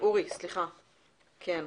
עו"ד